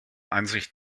ansicht